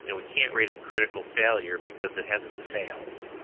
you know we can't rate it critical failure because it hasn't failed.